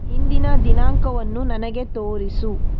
ಇಂದಿನ ದಿನಾಂಕವನ್ನು ನನಗೆ ತೋರಿಸು